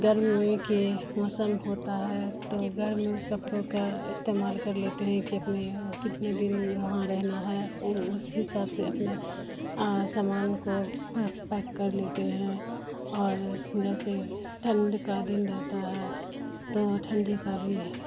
گرمی کے موسم ہوتا ہے تو گرم کپڑوں کا استعمال کر لیتے ہیں کہ اپنے وہ کتنے دن وہاں رہنا ہے اس حساب سے اپنے سامان کو پیک کر لیتے ہیں اور جیسے ٹھنڈ کا دن رہتا ہے تو ٹھنڈی کا بھی